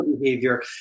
behavior